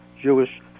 Jewish